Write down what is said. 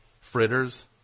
Fritters